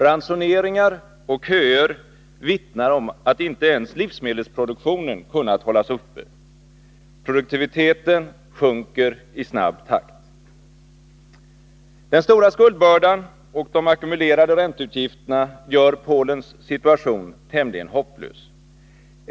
Ransoneringar och köer vittnar om att inte ens livsmedelsproduktionen kunnat hållas uppe. Produktiviteten sjunker i snabb takt. Den stora skuldbördan och de ackumulerade ränteutgifterna gör Polens situation tämligen hopplös.